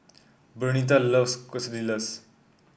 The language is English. Bernita loves Quesadillas